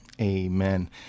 Amen